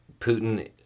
Putin